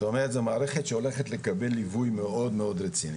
זאת אומרת זאת מערכת שהולכת לקבל ליווי מאוד מאוד רציני.